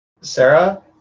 Sarah